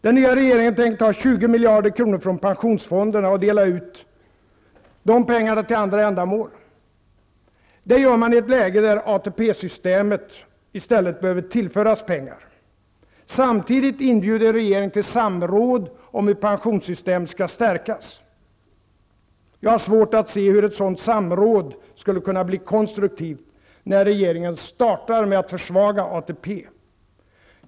Den nya regeringen tänker ta 20 miljarder kronor från pensionsfonderna och dela ut de pengarna till andra ändamål. Det gör man i ett läge där ATP systemet i stället behöver tillföras pengar. Samtidigt inbjuder regeringen till samråd om hur pensionssystemet skall stärkas. Jag har svårt att se hur ett sådant samråd skulle kunna bli konstruktivt, när regeringen startar med att försvaga ATP.